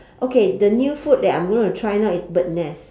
okay the new food that I'm gonna try now is bird nest